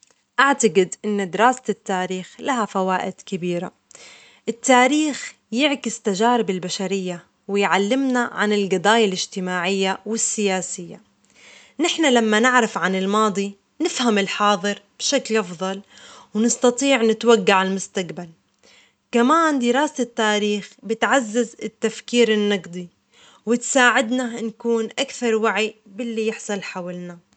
أعتقد إن دراسة التاريخ لها فوائد كبيرة، التاريخ يعكس تجارب البشرية، ويعلمنا عن الجضايا الاجتماعية والسياسية، نحن لما نعرف عن الماضي نفهم الحاظر بشكل أفظل ونستطيع نتوجع بالمستقبل، كمان دراسة التاريخ بتعزز التفكير النقدي، وتساعدنا نكون أكثر وعي باللي يحصل حولنا.